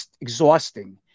exhausting